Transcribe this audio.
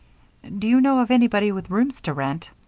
do you know of anybody with rooms to rent?